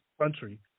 country